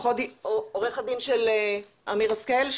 עורך הדין של אמיר השכל.